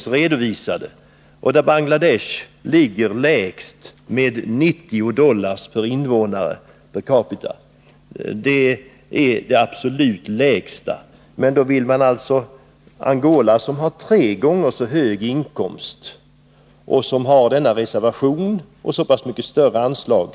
Där redovisas att Bangladesh ligger lägst med en inkomst på 90 dollar per år och capita. Det är det absolut lägsta. Angola har tre gånger så hög inkomst, och när det gäller detta land har man dessutom denna reservation och ett så pass mycket större anslag.